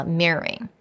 mirroring